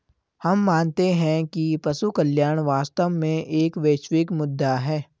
हम मानते हैं कि पशु कल्याण वास्तव में एक वैश्विक मुद्दा है